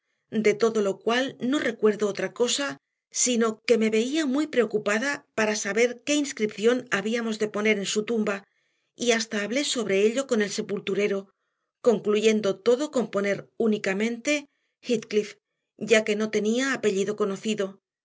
de todo lo cual no recuerdo otra cosa sino que me veía muy preocupada para saber qué inscripción habíamos de poner en su tumba y hasta hablé sobre ello con el sepulturero concluyendo todo con poner únicamente heathcliff ya que no tenía apellido conocido